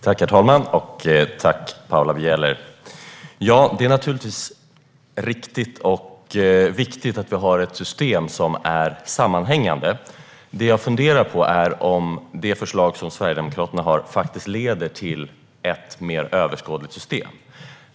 Herr talman! Jag tackar Paula Bieler för detta. Det är naturligtvis riktigt och viktigt att vi har ett system som är sammanhängande. Jag funderar på om det förslag som Sverigedemokraterna har faktiskt leder till ett mer överskådligt system.